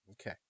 Okay